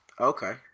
Okay